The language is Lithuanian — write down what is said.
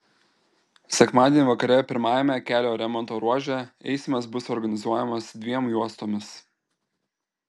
sekmadienį vakare pirmajame kelio remonto ruože eismas bus organizuojamas dviem juostomis